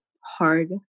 hard